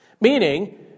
Meaning